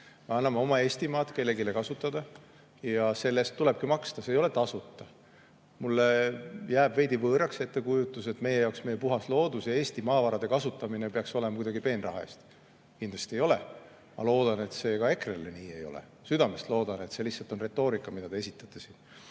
anname oma Eestimaad kellelegi kasutada ja selle eest tulebki maksta. See ei ole tasuta. Mulle jääb veidi võõraks ettekujutus, et meie puhta looduse ja Eesti maavarade kasutamine peaks [toimuma] kuidagi peenraha eest. Kindlasti nii ei ole. Ma loodan, et see ka EKRE arvates nii ei ole, ma südamest loodan, et see on lihtsalt retoorika, mida te esitate.